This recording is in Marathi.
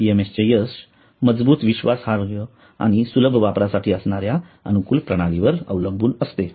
पीएमएसचे यश मजबूत विश्वासार्ह आणि सुलभ वापरासाठी असणाऱ्या अनुकूल प्रणालीवर अवलंबून असते